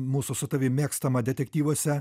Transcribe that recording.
mūsų su tavim mėgstamą detektyvuose